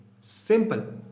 Simple